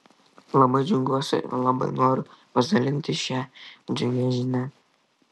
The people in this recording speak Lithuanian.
labai džiaugiuosi ir labai noriu pasidalinti šia džiugia žinia